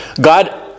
God